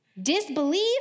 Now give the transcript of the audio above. Disbelief